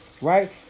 right